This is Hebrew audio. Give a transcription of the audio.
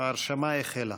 ההרשמה החלה.